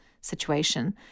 situation